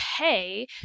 okay